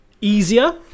Easier